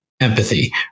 empathy